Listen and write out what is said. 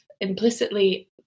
implicitly